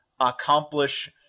accomplish